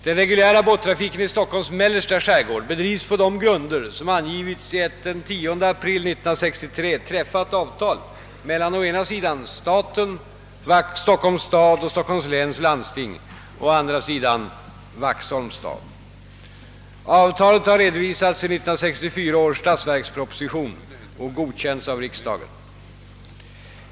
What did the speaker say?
Den reguljära båttrafiken i Stockholms mellersta skärgård bedrivs på de grunder som angivits i ett den 10 april 1963 träffat avtal mellan å ena sidan staten, Stockholms stad och Stockholms läns landsting, och å andra sidan Vaxholms stad. Avtalet har redovisats i 1964 års statsverksproposition och godkänts av riksdagen.